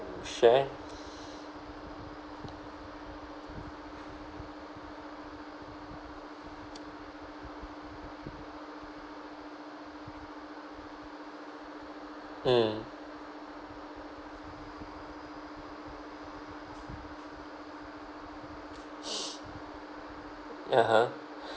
share mm (uh huh)